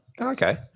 Okay